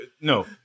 no